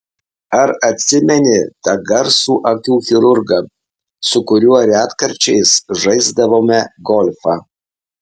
ar atsimeni tą garsų akių chirurgą su kuriuo retkarčiais žaisdavome golfą